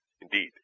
Indeed